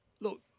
Look